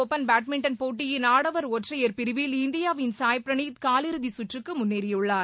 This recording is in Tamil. சீன ஒபன் பேட்மிண்டன் போட்டியின் ஆடவர் ஒற்றையர் பிரிவில் இந்தியாவின் சாய் பிரணீத் கால் இறுதி கற்றுக்கு முன்னேறியுள்ளார்